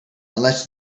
unless